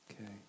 Okay